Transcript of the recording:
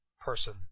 person